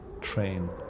train